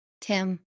Tim